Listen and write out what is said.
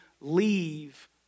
leave